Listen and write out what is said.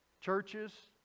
Churches